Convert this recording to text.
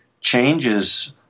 changes